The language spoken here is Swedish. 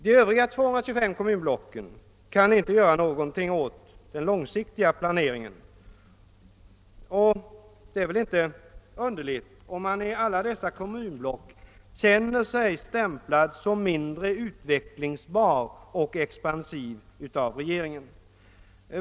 De övriga 225 kommunblocken kan inte göra någonting åt den långsiktiga planeringen, och det är väl inte underligt om man i alla dessa kommunblock känner sig stämplad av regeringen som mindre utvecklingsbar och expansiv.